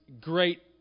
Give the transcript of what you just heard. great